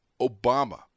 Obama